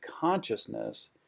consciousness